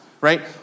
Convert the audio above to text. right